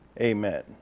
amen